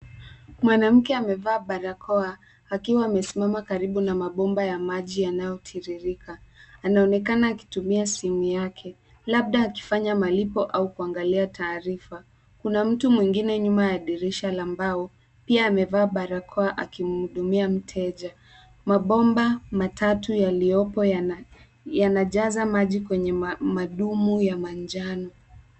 Mwanamke amevaa barakoa, akiwa amesimama karibu na mabomba ya maji yanayotiririka. Anaonekana akitumia simu yake, labda akifanya malipo au kuangalia taarifa. Kuna mtu mwingine nyuma ya dirisha la mbao, pia amevaa barakoa akimhudumia mteja. Mabomba matatu yaliyopo yanajaza maji kwenye madumu ya manjano